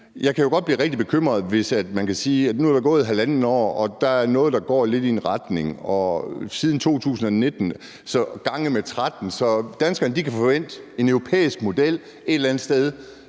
jeg kan jo godt blive rigtig bekymret. Nu er der gået halvandet år, og der er noget, der går lidt i en retning, og siden 2019 er det ganget med 13. Danskerne kan forvente en europæisk model et eller andet sted